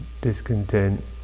discontent